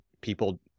people